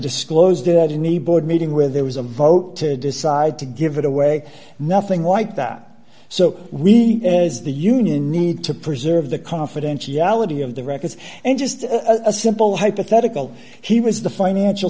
board meeting where there was a vote to decide to give it away nothing like that so we as the union need to preserve the confidentiality of the records and just a simple hypothetical he was the financial